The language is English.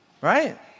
right